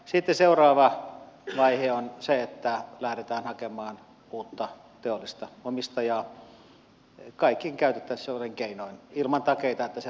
sitten seuraava vaihe on se että lähdetään hakemaan uutta teollista omistajaa kaikin käytettävissä olevin keinoin ilman takeita että sellaista löytyy